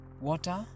water